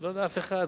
לא לאף אחד.